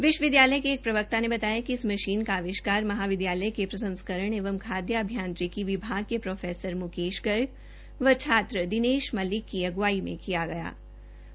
विश्वविदयालय के एक प्रवक्ता ने बताया कि इस मशीन का अविष्कार महाविदयालय के प्रसंस्करण एवं खादय अभियांत्रिकी विभाग के प्रोफेसर मुकेश गर्ग व छात्र दिनेश मलिक की अग्रवाई में किया गया था